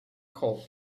hole